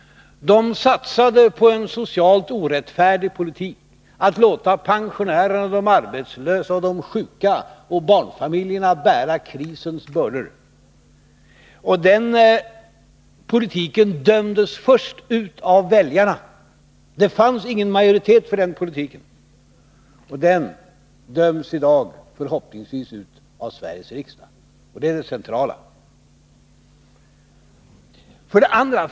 De satsade på en socialt orättfärdig politik, nämligen att låta pensionärerna, de arbetslösa, de sjuka och barnfamiljerna bära krisens bördor. Den politiken dömdes ut först av väljarna. Det fanns ingen majoritet för den politiken, och i dag döms den förhoppningsvis ut av Sveriges riksdag. Det är det första och det centrala.